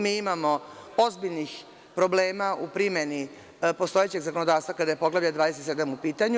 Mi imamo ozbiljnih problema u primeni postojećeg zakonodavstva kada je Poglavlje 27. u pitanju.